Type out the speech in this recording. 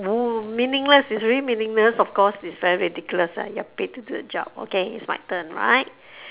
meaningless it's really meaningless of course it's very ridiculous lah you're paid to do the job okay it's my turn right